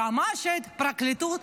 יועמ"שית, פרקליטות.